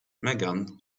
megan